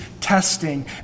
testing